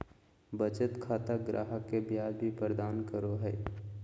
बचत खाता ग्राहक के ब्याज भी प्रदान करो हइ